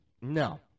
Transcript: No